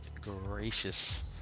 gracious